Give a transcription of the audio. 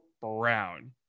brown